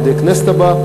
על-ידי הכנסת הבאה,